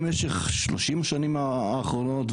במשך 30 השנים האחרונות,